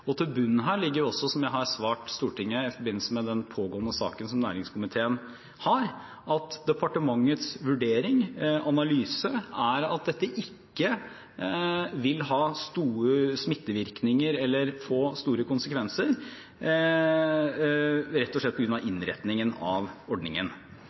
bunnen av dette ligger – som jeg også har svart Stortinget i forbindelse med den pågående saken i næringskomiteen – at departementets vurdering og analyse er at dette ikke vil ha smittevirkninger eller få store konsekvenser, rett og slett på grunn av innretningen av ordningen.